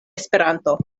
esperanto